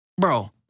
Bro